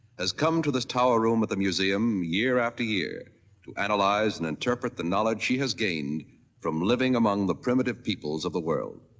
has come to the tower room at the museum year after year to analyze and interpret the knowledge she has gained from living among the primitive peoples of the world.